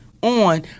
On